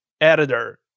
editor